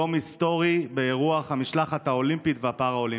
יום היסטורי באירוח המשלחת האולימפית והפראלימפית: